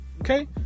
okay